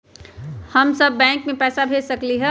हम सब बैंक में पैसा भेज सकली ह?